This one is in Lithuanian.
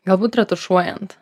galbūt retušuojant